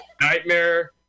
nightmare